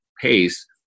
pace